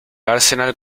arsenal